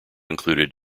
included